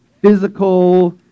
Physical